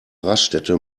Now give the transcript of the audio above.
raststätte